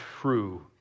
true